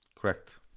Correct